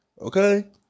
Okay